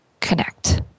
Connect